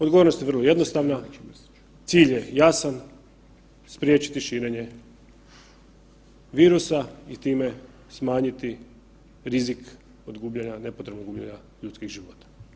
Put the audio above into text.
Odgovornost je vrlo jednostavna, cilj je jasan spriječiti širenje virusa i time smanjiti rizik od gubljenja, nepotrebnog gubljenja ljudskih života.